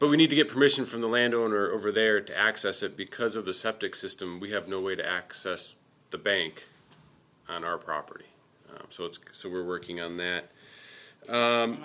but we need to get permission from the landowner over there to access it because of the septic system we have no way to access the bank on our property so it's so we're working on that